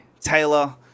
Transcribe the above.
Taylor